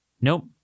Nope